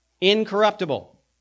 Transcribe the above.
Incorruptible